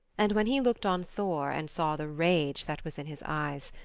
and when he looked on thor and saw the rage that was in his eyes,